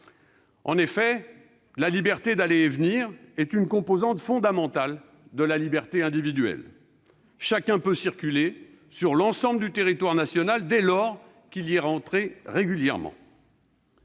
En effet, la liberté d'aller et venir est une composante fondamentale de la liberté individuelle. Chacun peut circuler sur l'ensemble du territoire national dès lors qu'il y est régulièrement